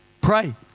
pray